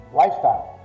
lifestyle